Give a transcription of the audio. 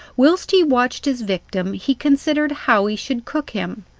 whilst he watched his victim he considered how he should cook him.